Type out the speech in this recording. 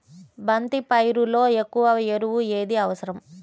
బంతి పైరులో ఎక్కువ ఎరువు ఏది అవసరం?